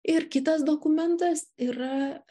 ir kitas dokumentas yra